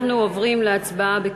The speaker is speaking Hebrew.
אנחנו עוברים להצבעה.